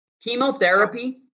Chemotherapy